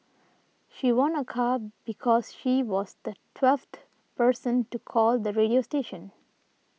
she won a car because she was the twelfth person to call the radio station